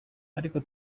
ariko